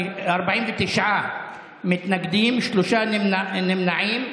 49 מתנגדים, שלושה נמנעים.